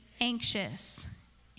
anxious